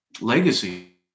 legacy